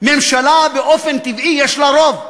ממשלה באופן טבעי יש לה רוב,